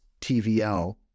TVL